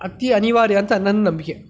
ಅತಿ ಅನಿವಾರ್ಯ ಅಂತ ನನ್ನ ನಂಬಿಕೆ